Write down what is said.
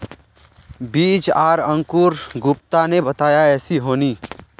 बीज आर अंकूर गुप्ता ने बताया ऐसी होनी?